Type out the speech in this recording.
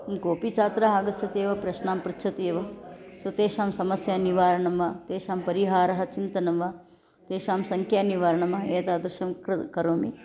कोपि छात्रः आगच्छति एव प्रश्नं पृच्छति एव सो समस्यानिवारणं वा तेषां परिहारः चिन्तनं वा तेषां शङ्कानिवारणं वा एतादृशं कृतं करोमि